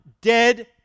dead